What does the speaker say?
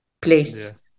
place